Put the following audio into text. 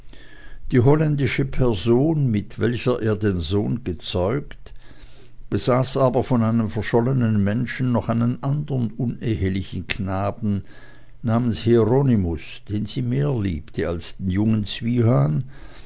die holländische person mit welcher er den sohn gezeugt besaß aber von einem verschollenen menschen noch einen andern unehelichen knaben namens hieronymus den sie mehr liebte als den jungen